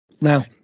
Now